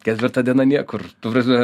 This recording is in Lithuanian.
ketvirta diena niekur ta prasme